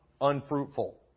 unfruitful